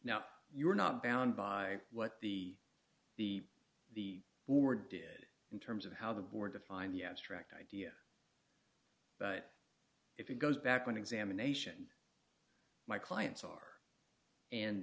now you are not bound by what the the the board did in terms of how the board defined the abstract idea but if it goes back an examination my clients are and